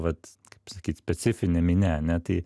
vat kaip sakyt specifinė minia ane tai